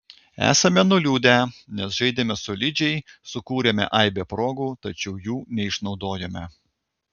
esame nuliūdę nes žaidėme solidžiai sukūrėme aibę progų tačiau jų neišnaudojome